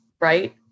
Right